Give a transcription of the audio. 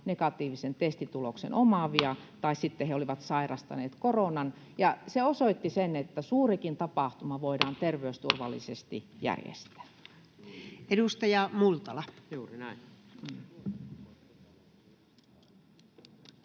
negatiivisen testituloksen omaavia tai sitten he olivat sairastaneet koronan. Se osoitti sen, että suurikin tapahtuma voidaan terveysturvallisesti järjestää. Edustaja Multala.